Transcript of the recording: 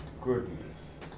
goodness